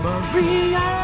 Maria